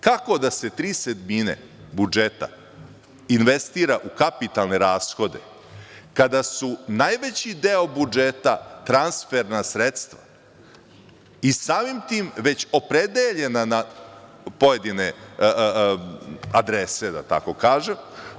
Kako da se tri sedmine budžeta investira u kapitalne rashode kada su najveći deo budžeta transferna sredstva i samim tim već opredeljena na pojedine adrese, da tako kažem?